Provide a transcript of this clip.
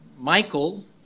Michael